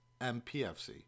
MPFC